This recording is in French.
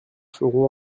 feront